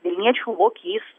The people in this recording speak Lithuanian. vilniečių lokys